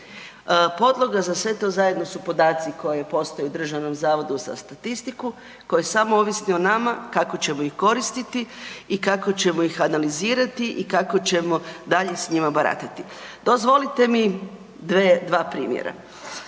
Podloga za sve to zajedno su podaci koje postoje u Državnom zavodu za statistiku koje samo ovisni o nama kako ćemo ih koristiti i kako ćemo ih analizirati i kako ćemo dalje s njima baratati. Dozvolite mi dve, dva primjera.